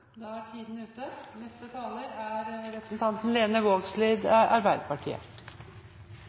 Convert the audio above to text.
Da er tiden ute. Det er to ting i innlegget til representanten